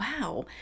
wow